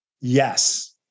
yes